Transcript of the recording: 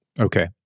Okay